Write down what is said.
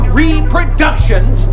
reproductions